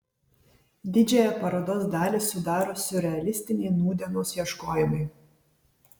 didžiąją parodos dalį sudaro siurrealistiniai nūdienos ieškojimai